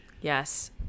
Yes